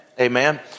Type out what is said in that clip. amen